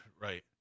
right